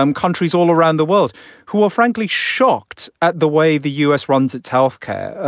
um countries all around the world who are frankly shocked at the way the us runs its health care.